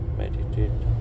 meditate